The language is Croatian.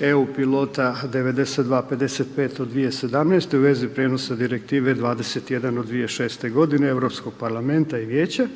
EU pilota 92 55 od 2017.-toj u vezi prijenosa Direktive 21 od 2006.-te godine Europskog Parlamenta i Vijeća